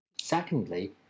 Secondly